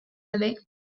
away